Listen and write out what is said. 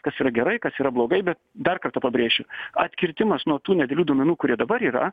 kas yra gerai kas yra blogai bet dar kartą pabrėšiu atkirtimas nuo tų nedidelių duomenų kurie dabar yra